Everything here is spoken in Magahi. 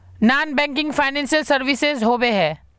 नॉन बैंकिंग फाइनेंशियल सर्विसेज होबे है?